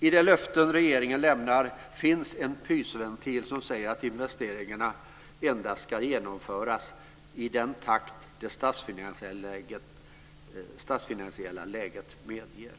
I de löften som regeringen lämnar finns en pysventil som säger att investeringarna endast ska genomföras i den takt som det statsfinansiella läget medger.